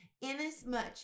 Inasmuch